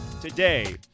today